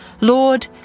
Lord